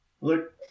Look